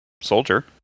soldier